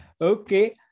Okay